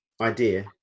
idea